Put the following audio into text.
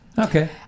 Okay